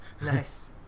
nice